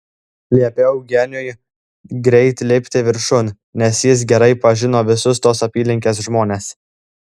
liepiau geniui greit lipti viršun nes jis gerai pažino visus tos apylinkės žmones